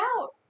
out